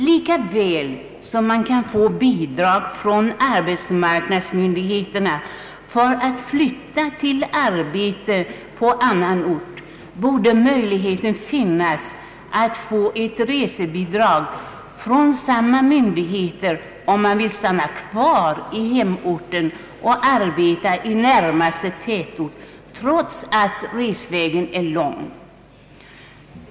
Lika väl som man kan få bidrag från arbetsmarknadsmyndigheterna för att flytta till arbete på annan ort borde det finnas möjlighet att få ett resebidrag från samma myndigheter om man vill stanna kvar i hemorten och arbeta i närmaste tätort. Trots att resvägen är lång.